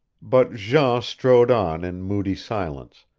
but jean strode on in moody silence,